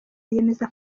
yemeza